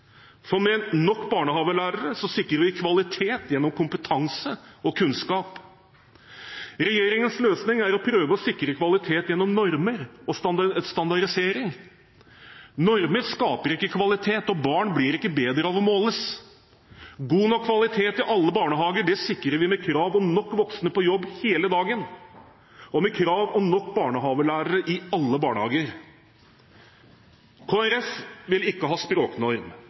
for med nok barnehagelærere sikrer vi kvalitet gjennom kompetanse og kunnskap. Regjeringens løsning er å prøve å sikre kvalitet gjennom normer og standardisering. Normer skaper ikke kvalitet, og barn blir ikke bedre av å måles. God nok kvalitet i alle barnehager sikrer vi med krav om nok voksne på jobb hele dagen og med krav om nok barnehagelærere i alle barnehager. Kristelig Folkeparti vil ikke ha språknorm,